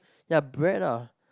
ya bread lah